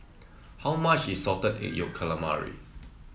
how much is Salted Egg Yolk Calamari